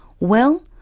well,